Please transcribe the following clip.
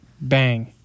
Bang